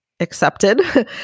Accepted